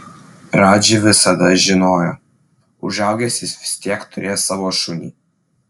radži visada žinojo užaugęs jis vis tiek turės savo šunį